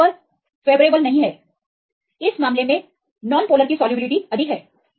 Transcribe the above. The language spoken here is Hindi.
तो ट्रांसफर प्रतिकूल है इस मामले में नॉन पोलर की घुलनशीलता अधिक है